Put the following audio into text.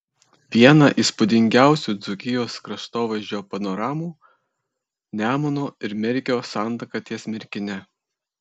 viena įspūdingiausių dzūkijos kraštovaizdžio panoramų nemuno ir merkio santaka ties merkine